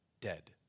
dead